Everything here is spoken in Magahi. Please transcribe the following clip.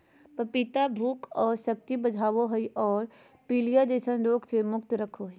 पपीता भूख और शक्ति बढ़ाबो हइ और पीलिया जैसन रोग से मुक्त रखो हइ